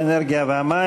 האנרגיה והמים.